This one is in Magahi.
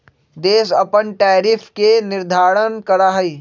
देश अपन टैरिफ के निर्धारण करा हई